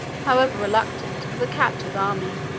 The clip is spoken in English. however reluctant, of the captive army.